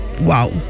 Wow